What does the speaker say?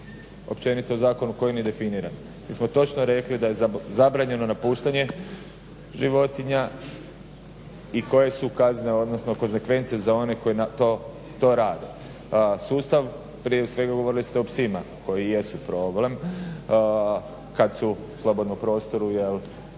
općenito o zakonu koji nije definiran. Mi smo točno rekli da je zabranjeno napuštanje životinja i koje su kazne, odnosno kozenkvencije za one koji to rade. Sustav, prije svega govorili ste o psima koji jesu problem, kad su u slobodnom prostoru jel,